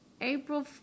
April